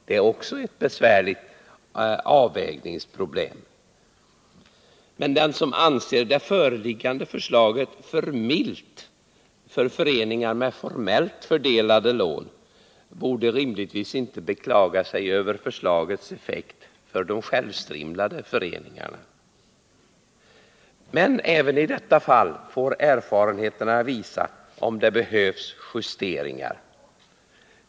Det är också ett besvärligt avvägningsproblem. Den som anser det föreliggande förslaget för ”milt” för föreningar med formellt fördelade lån bör rimligtvis inte beklaga sig över förslagets effekt för de självstrimlade föreningarna. Men även i detta fall får erfarenheterna visa om det behöver göras några justeringar.